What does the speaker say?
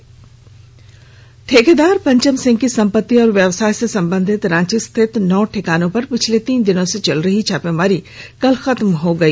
आयकर छापा ठेकेदार पंचम सिंह की संपत्ति और व्यवसाय से संबंधित रांची स्थित नौ ठिकानों पर पिछले तीन दिनों से चल रही छापेमारी कल खत्म हो गई